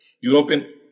European